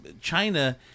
China